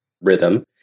rhythm